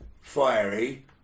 fiery